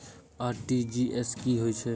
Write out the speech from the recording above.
RTGS की होय छै